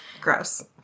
gross